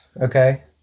okay